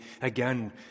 again